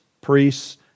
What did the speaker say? priests